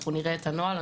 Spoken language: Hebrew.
אנחנו נראה את הנוהל.